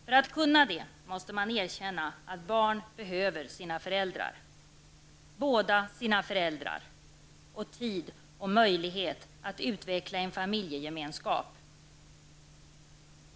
För att kunna detta måste man erkänna att barn behöver sina föräldrar, båda sina föräldrar och tid och möjlighet att utveckla en familjegemenskap.